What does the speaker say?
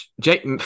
jake